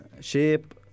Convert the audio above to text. shape